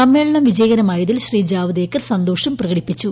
സമ്മേളനം വിജയകരമായതിൽ ശ്രീ ജാവദേക്കർ സന്തോഷം പ്രകടിപ്പിച്ചു